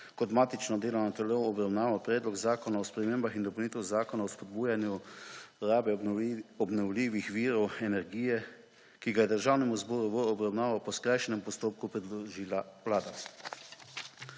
kot matično delovno telo obravnaval Predlog zakona o spremembah in dopolnitvah Zakona o spodbujanju rabe obnovljivih virov energije, ki ga je Državnemu zboru v obravnavo po skrajšanem postopku predložila vlada.